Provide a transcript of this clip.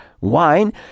wine